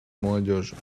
молодежи